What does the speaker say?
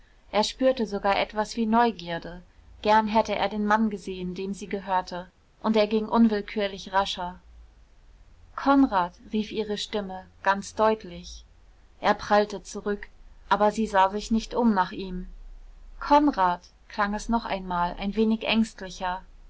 er spürte sogar etwas wie neugierde gern hätte er den mann gesehen dem sie gehörte und er ging unwillkürlich rascher konrad rief ihre stimme ganz deutlich er prallte zurück aber sie sah sich nicht um nach ihm konrad klang es noch einmal ein wenig ängstlicher